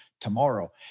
tomorrow